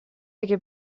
اگه